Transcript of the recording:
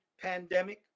pandemic